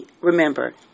remember